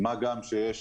מה גם שיש